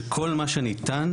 שכל מה שניתן,